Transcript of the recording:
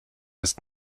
ist